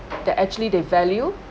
that actually they value